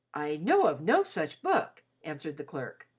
i know of no such book, answered the clerk.